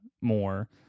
more